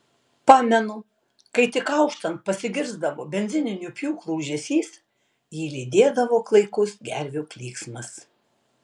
pamenu kai tik auštant pasigirsdavo benzininių pjūklų ūžesys jį lydėdavo klaikus gervių klyksmas